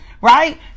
right